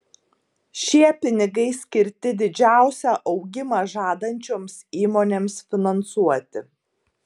šie pinigai skirti didžiausią augimą žadančioms įmonėms finansuoti